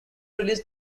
release